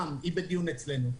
אברהם היא בדיון אצלנו.